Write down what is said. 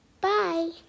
Bye